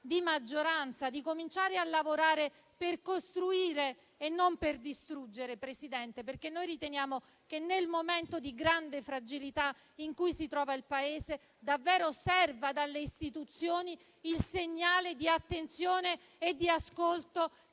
di maggioranza, di cominciare a lavorare per costruire e non per distruggere, Presidente, perché riteniamo che nel momento di grande fragilità in cui si trova il Paese, davvero serva dalle istituzioni il segnale di attenzione e di ascolto